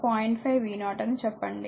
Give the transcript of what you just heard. కాబట్టి ఇది 0